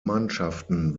mannschaften